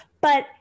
But-